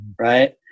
right